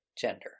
gender